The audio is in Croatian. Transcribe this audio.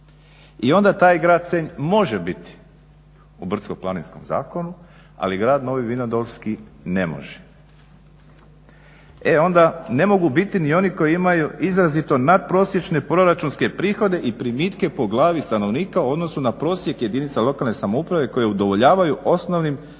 i onda taj Grad Senj može biti u brdsko-planinskom zakonu, ali Grad Novi vinodolski ne može. E onda ne mogu biti ni oni koji imaju izrazito nadprosječne proračunske prihode i primitke po glavi stanovnika u odnosu na prosjek jedinica lokalne samouprave koje udovoljavaju osnovnim